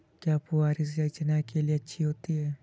क्या फुहारी सिंचाई चना के लिए अच्छी होती है?